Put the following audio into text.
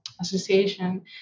association